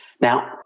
Now